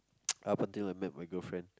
up until I meet my girlfriend